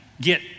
get